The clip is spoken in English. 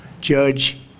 Judge